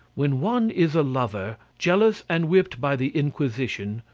when one is a lover, jealous and whipped by the inquisition,